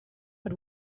but